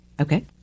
Okay